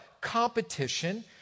competition